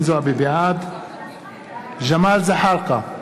בעד ג'מאל זחאלקה,